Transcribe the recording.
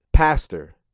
Pastor